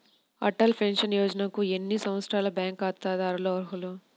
Atal pension యోజనకు ఎన్ని సంవత్సరాల బ్యాంక్ ఖాతాదారులు అర్హులు?